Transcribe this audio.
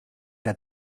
der